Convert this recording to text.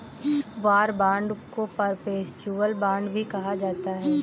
war bond को perpetual bond भी कहा जाता है